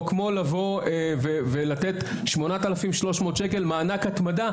או כמו לבוא ולתת 8,300 שקל מענק התמדה,